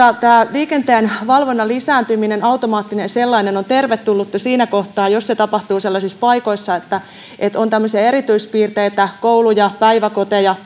liikenteenvalvonnan lisääntyminen automaattinen sellainen on tervetullutta siinä kohtaa jos se tapahtuu sellaisissa paikoissa joissa on tämmöisiä erityispiirteitä on kouluja päiväkoteja